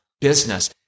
business